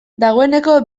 dagoeneko